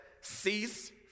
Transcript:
cease